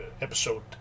episode